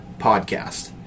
podcast